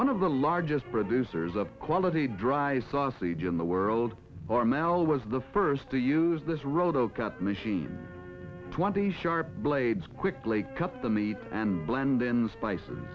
one of the largest producers of quality dry sausage in the world or mel was the first to use this road of cut machine twenty sharp blades quickly cut the meat and blend in the spices